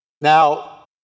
Now